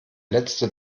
letzte